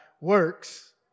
works